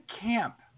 camp